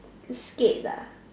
skate ah